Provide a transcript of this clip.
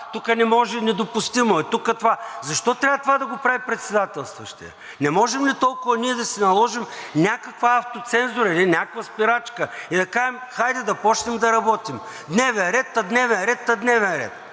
тук това. Защо трябва това да го прави председателстващият? Не можем ли толкова ние да си наложим някаква автоценцзура или някаква спирачка и да кажем хайде да почнем да работим? Дневен ред, та дневен ред, та дневен ред!